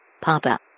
Papa